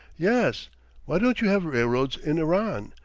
yes why don't you have railroads in iran?